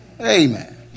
Amen